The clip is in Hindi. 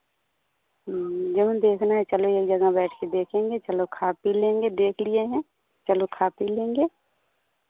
जौन देखना है चलो एक जगह बैठ कर देखेंगे चलाे खा पी लेंगे देख लिए हैं चलो खा पी लेंगे